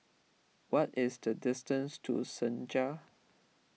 what is the distance to Senja